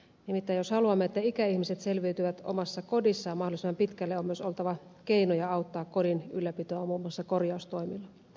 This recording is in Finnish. nimittäin jos haluamme että ikäihmiset selviytyvät omassa kodissaan mahdollisimman pitkälle on myös oltava keinoja auttaa kodin ylläpitoa muun muassa korjaustoimilla